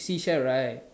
seashell right